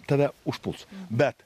tave užpuls bet